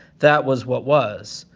that was what was.